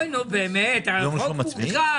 אוי נו באמת, חוק מורכב.